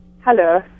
Hello